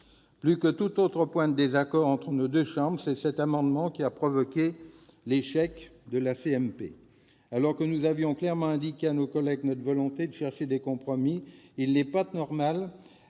Plus que tout autre point de désaccord entre nos deux chambres, c'est cet amendement qui a provoqué l'échec de la commission mixte paritaire. Nous avions pourtant clairement indiqué à nos collègues notre volonté de chercher des compromis. Il n'est pas normal,